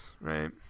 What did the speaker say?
Right